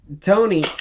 Tony